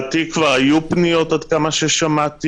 היו כבר פניות, לפי מה ששמעתי.